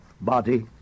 body